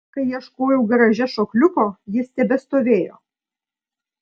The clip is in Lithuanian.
kai ieškojau garaže šokliuko jis tebestovėjo